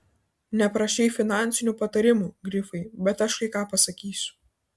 neprašei finansinių patarimų grifai bet aš kai ką pasakysiu